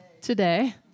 Today